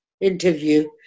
interview